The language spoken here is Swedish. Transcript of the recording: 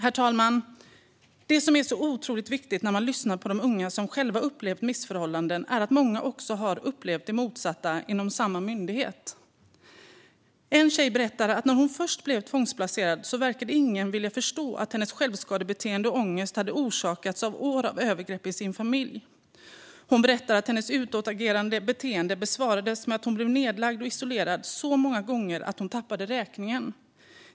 Herr talman! Det som är så otroligt viktigt när man lyssnar på de unga som själva upplevt missförhållanden är att förstå att många också har upplevt det motsatta inom samma myndighet. En tjej berättar att när hon först blev tvångsplacerad verkade ingen vilja förstå att hennes självskadebeteende och ångest hade orsakats av år av övergrepp i hennes familj. Hon berättar att hennes utåtagerande beteende besvarades med att hon blev nedlagd och isolerad så många gånger att hon tappade räkningen.